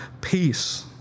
peace